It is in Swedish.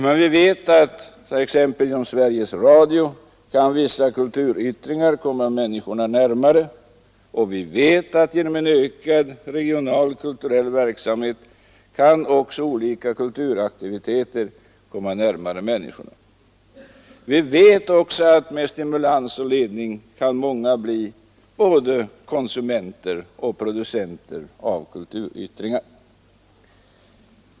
Men vi vet att t.ex. genom Sveriges Radio kan vissa kulturyttringar kom ma närmare människorna, och vi vet också att genom en ökad regional verksamhet kan olika kulturaktiviteter komma närmare människorna. Vi vet att med stimulans och ledning kan många bli både konsumenter och producenter av kulturyttringar.